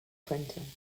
trenton